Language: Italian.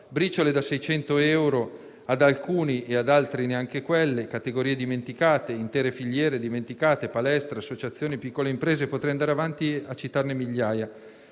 briciole da 600 euro ad alcuni e ad altri neanche quelli; categorie dimenticate, così come intere filiere, palestre, associazioni e piccole imprese. Potrei andare avanti e citarne migliaia,